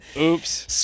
oops